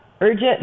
urgent